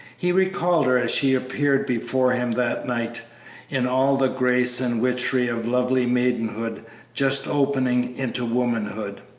he recalled her as she appeared before him that night in all the grace and witchery of lovely maidenhood just opening into womanhood.